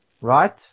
Right